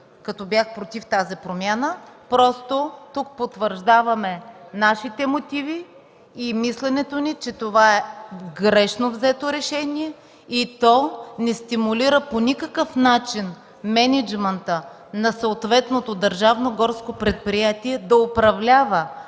като бях против тази промяна, просто тук потвърждаваме нашите мотиви и мисленето ни, че това е грешно взето решение и то не стимулира по никакъв начин мениджмънта на съответното държавно горско предприятие да управлява